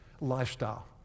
lifestyle